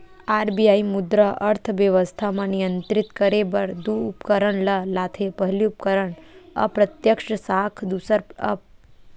RBI मुद्रा अर्थबेवस्था म नियंत्रित करे बर दू उपकरन ल लाथे पहिली उपकरन अप्रत्यक्छ साख दूसर प्रत्यक्छ साख नियंत्रन